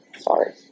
Sorry